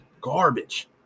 garbage